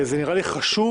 זה נראה לי חשוב,